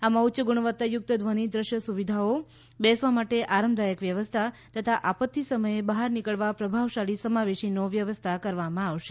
આમાં ઉચ્ય ગુણવત્તાયુક્ત ધ્વનિ દ્રશ્ય સુવિધાઓ બેસવા માટે આરામદાયક વ્યવસ્થા તથા આપત્તિ સમયે બહાર નીકળવા પ્રભાવશાળી સમાવેશી વ્યવસ્થા હશે